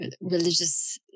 religious